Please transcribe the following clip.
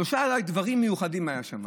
שלושה דברים מיוחדים היו שם: